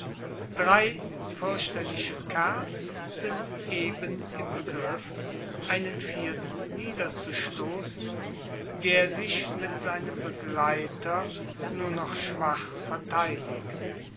drei fürchterliche kerls sind eben im begriff einen vierten niederzustoßen der sich mit seinem begleiter nur noch schwach verteidigt